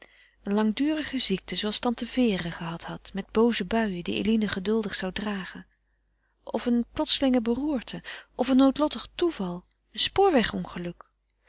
eene langdurige ziekte zooals tante vere gehad had met booze buien die eline geduldig zou dragen of eene plotselinge beroerte of een noodlottig toeval een spoorwegongeluk